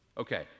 Okay